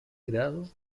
grado